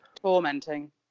Tormenting